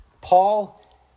Paul